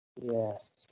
Yes